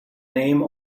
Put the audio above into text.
name